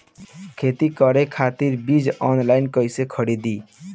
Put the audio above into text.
खेती करे खातिर बीज ऑनलाइन कइसे खरीदी?